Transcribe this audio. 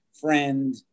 friend